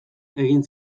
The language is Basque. egin